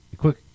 Quick